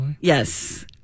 Yes